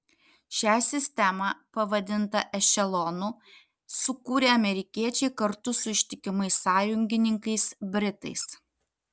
šią sistemą pavadintą ešelonu sukūrė amerikiečiai kartu su ištikimais sąjungininkais britais